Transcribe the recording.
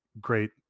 great